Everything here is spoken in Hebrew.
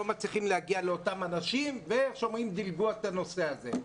לא מצליחים להגיע לאותם אנשים ודילגו על הנושא הזה.